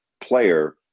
player